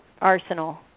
arsenal